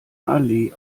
allee